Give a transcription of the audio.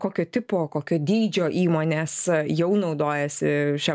kokio tipo kokio dydžio įmonės jau naudojasi šia